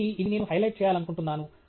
కాబట్టి ఇది నేను హైలైట్ చేయాలనుకుంటున్నాను